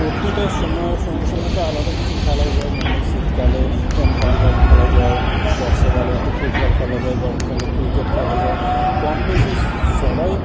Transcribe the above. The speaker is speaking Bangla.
প্রতিটা সময়ের সঙ্গে সঙ্গে তো আলাদা কিছু খেলাই যায় মানে শীতকালে যেমন ভলিবল খেলা যায় বর্ষাকালে একটু ফুটবল খেলা যায় গরমকালে ক্রিকেট খেলা যায় কম বেশি সবাই